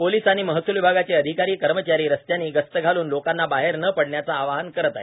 police आणि महसुल विभागाचे अधिकारी कर्मचारी रस्त्यांनी गस्त घालून लोकांना बाहेर न पडण्याचे आवाहन करीत आहे